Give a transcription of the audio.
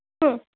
हं